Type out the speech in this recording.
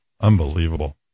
unbelievable